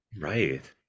Right